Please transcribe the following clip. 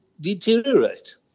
deteriorate